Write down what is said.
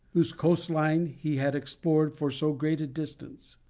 whose coast-line he had explored for so great a distance.